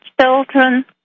children